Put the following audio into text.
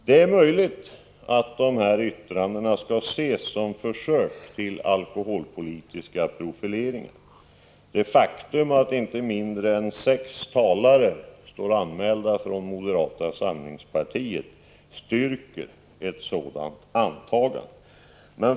Det är möjligt att de här yttrandena skall ses som försök till alkoholpolitiska profileringar. Det faktum att inte mindre än sex talare från moderata samlingspartiet står anmälda på talarlistan styrker ett sådant antagande.